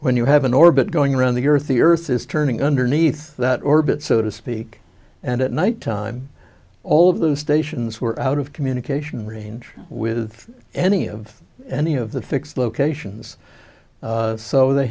when you have an orbit going around the earth the earth is turning underneath that orbit so to speak and at night time all of the stations were out of communication range with any of any of the fixed locations so they